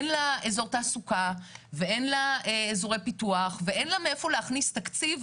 אין לה אזור תעסוקה ואין לה אזורי פיתוח ואין לה מאיפה להכניס תקציב,